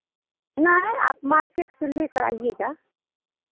नहीं आप मार्केट से लेकर आइएगा